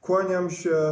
Kłaniam się.